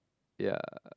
ya